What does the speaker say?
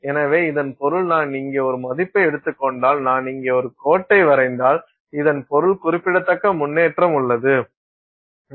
எனவே இதன் பொருள் நான் இங்கே ஒரு மதிப்பை எடுத்துக் கொண்டால் நான் இங்கே ஒரு கோட்டை வரைந்தால் இதன் பொருள் குறிப்பிடத்தக்க முன்னேற்றம் உள்ளது